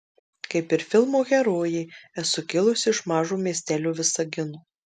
kaip ir filmo herojė esu kilusi iš mažo miestelio visagino